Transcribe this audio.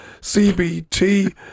CBT